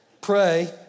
Pray